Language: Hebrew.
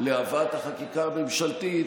להבאת החקיקה הממשלתית,